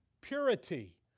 Purity